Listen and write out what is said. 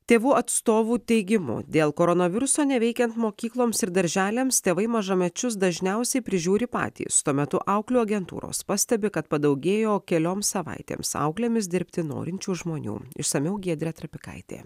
tėvų atstovų teigimu dėl koronaviruso neveikiant mokykloms ir darželiams tėvai mažamečius dažniausiai prižiūri patys tuo metu auklių agentūros pastebi kad padaugėjo kelioms savaitėms auklėmis dirbti norinčių žmonių išsamiau giedrė trapikaitė